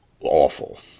awful